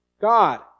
God